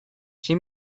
she